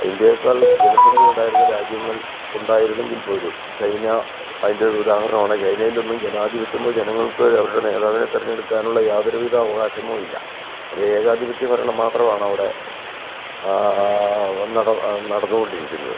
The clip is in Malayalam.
ഇന്ത്യയേക്കാൾ ജനസംഖ്യ ഉണ്ടായിരുന്ന രാജ്യങ്ങൾ ഉണ്ടായിരുന്നെങ്കിൽ പോലും ചൈന അതിൻ്റെ ഒരു ഉദാഹരണമാണ് ചൈനയിലൊന്നും ജനാധിപത്യമോ ജനങ്ങൾക്ക് അവരുടെ നേതാവിനെ തെരെഞ്ഞെടുക്കാനുള്ള യാതൊരു വിധ അവകാശമോ ഇല്ല ഒരു ഏകാധിപത്യ ഭരണം മാത്രമാണ് അവിടെ നടന്നുകൊണ്ടിരിക്കുന്നത്